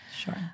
Sure